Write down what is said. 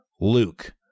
Luke